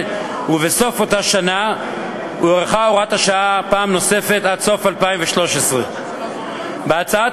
ובסוף אותה שנה הוארכה הוראת השעה פעם נוספת עד סוף 2013. בהצעת